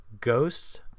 ghosts